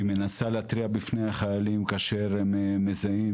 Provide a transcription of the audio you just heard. היא מנסה להתריע בפני החיילים כאשר הם מזהים